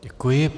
Děkuji.